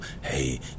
Hey